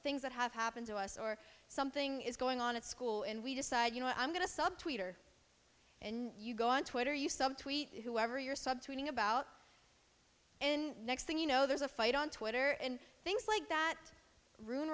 things that have happened to us or something is going on at school and we decide you know i'm going to sub twitter and you go on twitter you some tweet whoever you're subsuming about and next thing you know there's a fight on twitter and things like that ruin